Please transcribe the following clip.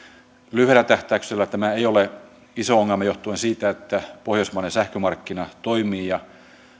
lyhyellä tähtäyksellä tämä ei ole iso ongelma johtuen siitä että pohjoismainen sähkömarkkina toimii ja